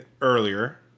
earlier